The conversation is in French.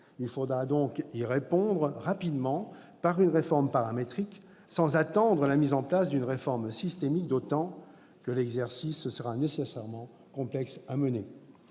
Il faudra donc y répondre rapidement par une réforme paramétrique, sans attendre la mise en place d'une réforme systémique, d'autant que l'exercice sera nécessairement complexe à mener.